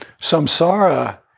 Samsara